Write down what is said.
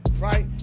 Right